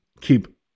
keep